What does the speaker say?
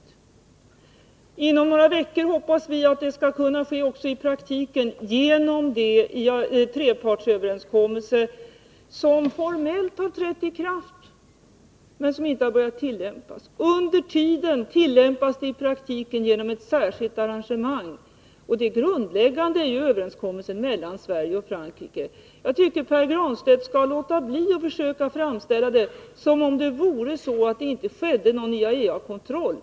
Vi hoppas att det inom några veckor också skall kunna ske i praktiken genom de trepartsöverenskommelser som formellt har trätt i kraft men som inte har börjat tillämpas. Under tiden tillämpas dessa i praktiken genom ett särskilt arrangemang. Det grundläggande är ju överenskommelsen mellan Sverige och Frankrike. Jag tycker att Pär Granstedt skall låta bli att försöka framställa det som om det inte skedde någon IAEA-kontroll.